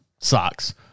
socks